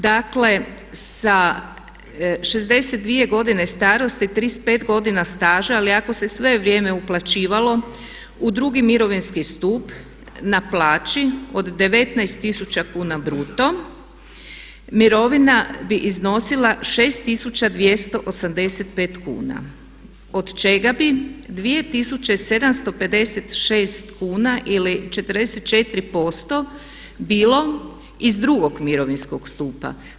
Dakle, sa 62 godine starosti, 35 godina staža ali ako se sve vrijeme uplaćivalo u drugi mirovinski stup na plaći od 19 000 kuna bruto mirovina bi iznosila 6285 kuna od čega bi 2756 kuna ili 44% bilo iz drugog mirovinskog stupa.